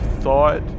thought